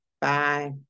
Bye